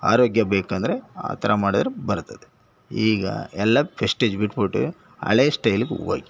ಆರೋಗ್ಯ ಬೇಕಂದರೆ ಆ ಥರ ಮಾಡಿದ್ರೆ ಬರ್ತದೆ ಈಗ ಎಲ್ಲ ಪ್ರೆಸ್ಟೀಜ್ ಬಿಟ್ಬಿಟ್ಟು ಹಳೆ ಸ್ಟೈಲಿಗೆ ಹೋಗಿ